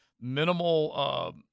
minimal